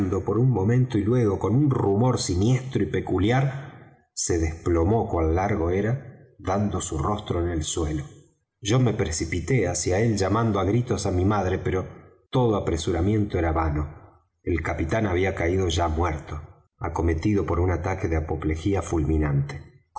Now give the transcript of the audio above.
por un momento y luego con un rumor siniestro y peculiar se desplomó cuan largo era dando su rostro en el suelo yo me precipité hacia él llamando á gritos á mi madre pero todo apresuramiento era vano el capitán había caído ya muerto acometido por un ataque de apoplegía fulminante